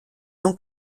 non